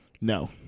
No